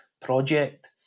project